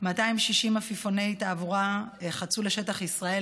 260 עפיפוני תבערה חצו לשטח ישראל,